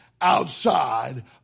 outside